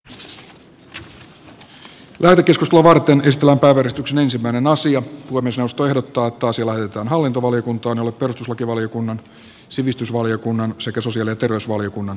puhemiesneuvosto ehdottaa että asia lähetetään hallintovaliokuntaan jolle perustuslakivaliokunnan sivistysvaliokunnan sekä sosiaali ja terveysvaliokunnan on annettava lausunto